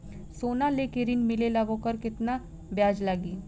सोना लेके ऋण मिलेला वोकर केतना ब्याज लागी?